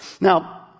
Now